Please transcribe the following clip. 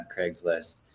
Craigslist